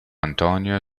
antonio